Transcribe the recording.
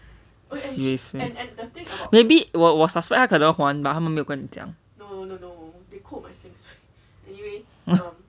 seriously maybe 我我 suspect 他可能还 but 把没有跟你讲